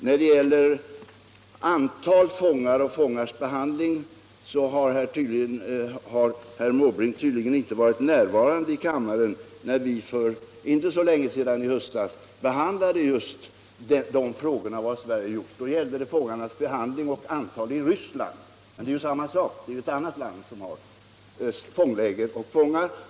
Vad beträffar antalet fångar och fångarnas behandling vill jag säga att herr Måbrink tydligen inte var närvarande då vi för inte så länge sedan, i höstas, behandlade just frågorna om vad Sverige gjort i detta sammanhang. Då gällde det antalet fångar i Sovjetunionen och deras behandling, men det gäller nu samma frågeställning även om den avser ett annat land som har fångar och fångläger.